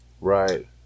Right